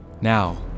Now